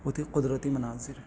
وہ تھے قدرتی مناظر